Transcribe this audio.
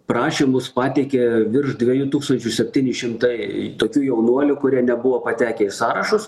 prašymus pateikė virš dviejų tūkstančių septyni šimtai tokių jaunuolių kurie nebuvo patekę į sąrašus